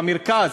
במרכז,